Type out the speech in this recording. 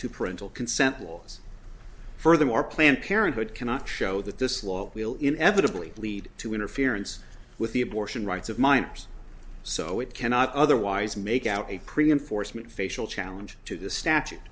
to parental consent laws furthermore planned parenthood cannot show that this law will inevitably lead to interference with the abortion rights of minors so it cannot otherwise make out a premium forcemeat facial challenge to the statute